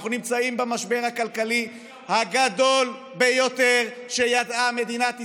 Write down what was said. אנחנו נמצאים במשבר הכלכלי הגדול ביותר שידעה מדינת ישראל.